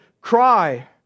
cry